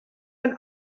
ein